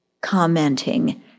commenting